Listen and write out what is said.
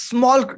Small